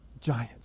giants